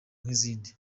nk’izindi